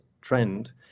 trend